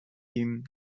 ihm